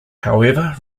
however